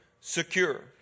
secure